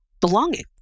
belonging